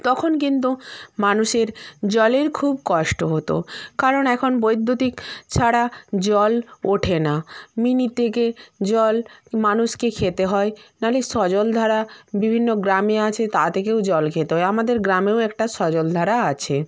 তখন কিন্তু মানুষের জলের খুব কষ্ট হতো কারণ এখন বৈদ্যুতিক ছাড়া জল ওঠে না মিনি থেকে জল মানুষকে খেতে হয় নাহলে সজল ধারা বিভিন্ন গ্রামে আছে তা থেকেও জল খেতে হয় আমাদের গ্রামেও একটা সজল ধারা আছে